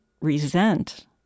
resent